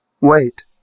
Wait